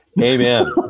Amen